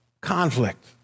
conflict